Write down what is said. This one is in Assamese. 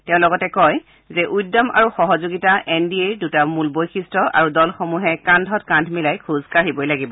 তেওঁ লগতে কয় যে উদ্যম আৰু সহযোগিতা এন ডি এৰ দুটা মূল বৈশিষ্ট্য আৰু দলসমূহে কান্ধত কান্ধ মিলাই খোজ কাঢ়িবই লাগিব